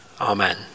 Amen